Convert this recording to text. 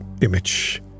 image